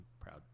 proud